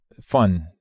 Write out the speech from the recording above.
Fun